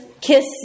Kiss